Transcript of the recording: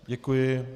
Děkuji.